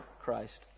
Christ